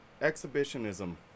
exhibitionism